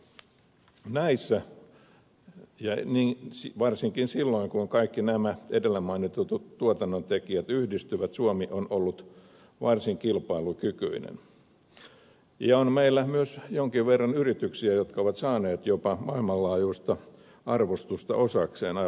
näissä ja varsinkin silloin kun kaikki nämä edellä mainitut tuotannontekijät yhdistyvät suomi on ollut varsin kilpailukykyinen ja on meillä myös jonkin verran yrityksiä jotka ovat saaneet jopa maailmanlaajuista arvostusta osakseen